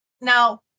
now